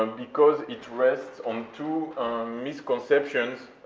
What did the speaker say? um because it rests on two misconceptions,